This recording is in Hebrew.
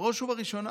בראש ובראשונה,